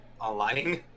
online